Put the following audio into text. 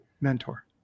mentor